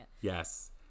Yes